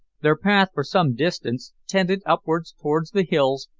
their path for some distance tended upwards towards the hills,